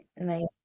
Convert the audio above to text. amazing